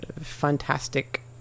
fantastic